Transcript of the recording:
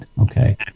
okay